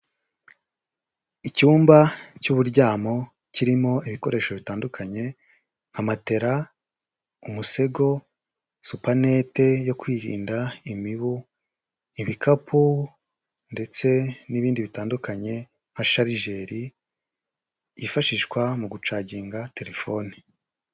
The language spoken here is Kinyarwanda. Icyumba cy'uburyamo kirimo ibikoresho bitandukanye nka matera, umusego, super net yo kwirinda imibu, ibikapu ndetse n'ibindi bitandukanye nka sharijeri yifashishwa mu gucaginga telefone.